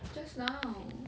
just now